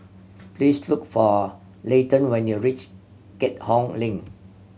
please look for Layton when you reach Keat Hong Link